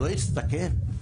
אני לא רוצה להגיד את המספר,